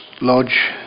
Lodge